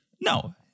No